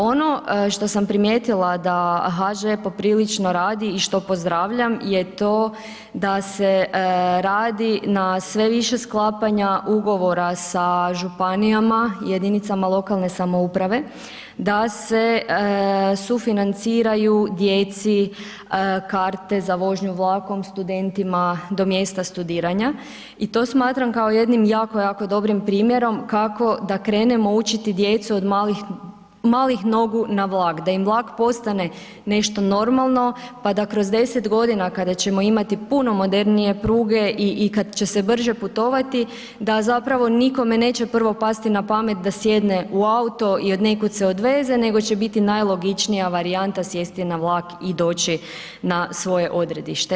Ono što sam primijetila da HŽ poprilično radi i što pozdravljam je to da se radi na sve više sklapanja ugovora sa županijama i jedinicama lokalne samouprave da se sufinanciraju djeci karte za vožnju vlakom, studentima do mjesta studiranja i to smatram kao jednim jako, jako dobrim primjerom kako da krenemo učiti djecu od malih nogu na vlak, da im vlak postane nešto normalno pa da kroz 10 godina kada ćemo imati puno modernije pruge i kad će se brže putovati da zapravo nikome neće prvo pasti na pamet da sjedne u auto jer nekud se odveze nego će biti najlogičnija varijanta sjesti na vlak i doći na svoje odredište.